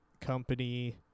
company